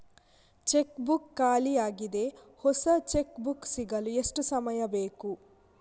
Check book ಖಾಲಿ ಯಾಗಿದೆ, ಹೊಸ ಚೆಕ್ ಬುಕ್ ಸಿಗಲು ಎಷ್ಟು ಸಮಯ ಬೇಕು?